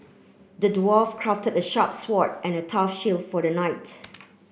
the dwarf crafted a sharp sword and a tough shield for the knight